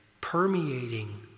permeating